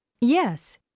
Yes